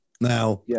now